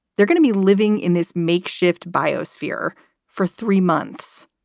they're going to be living in this makeshift biosphere for three months,